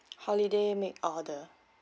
holiday make order